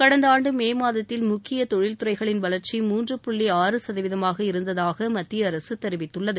கடந்த ஆண்டு மே மாதத்தில் முக்கிய தொழில் துறைகளின் வளர்ச்சி மூன்று புள்ளி ஆறு சதவீதமாக இருந்ததாக மத்திய அரசு தெரிவித்துள்ளது